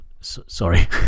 Sorry